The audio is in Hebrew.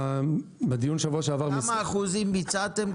כמה אחוזים ביצעתם?